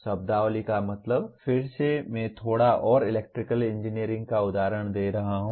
शब्दावली का मतलब फिर से मैं थोड़ा और इलेक्ट्रिकल इंजीनियरिंग का उदाहरण दे रहा हूं